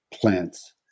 plants